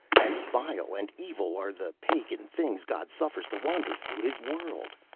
and vile and evil are the pagan things god suffers to wander through his world.